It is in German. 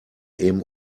eben